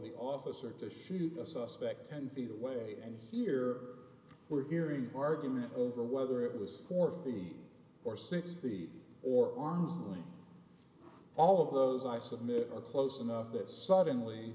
the officer to shoot a suspect ten feet away and here we're hearing argument over whether it was for fifteen or sixty or arms and all of those i submit are close enough that suddenly